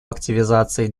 активизации